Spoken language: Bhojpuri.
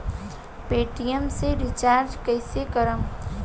पेटियेम से रिचार्ज कईसे करम?